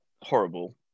horrible